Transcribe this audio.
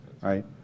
right